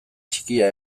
txikia